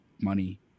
money